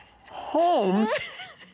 Holmes